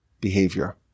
behavior